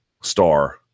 star